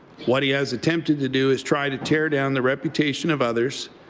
what he has attempted to do is try to tear down the reputation of others,